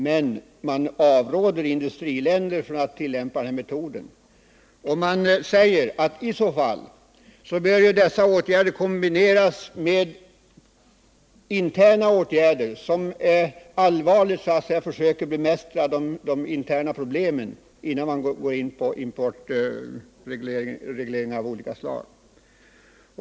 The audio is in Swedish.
Men man avråder industriländer från att tillämpa den metoden, och man säger att om så ändå måste ske, bör dessa åtgärder kombineras med interna åtgärder, med vilka man snabbt försöker bemästra de interna problemen, innan man går in på importregleringar av olika slag.